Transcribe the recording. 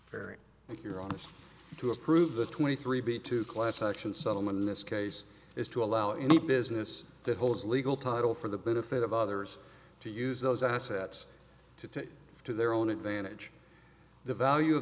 if you're on to approve the twenty three b two class action settlement in this case is to allow any business that holds legal title for the benefit of others to use those assets to do their own advantage the value of